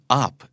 up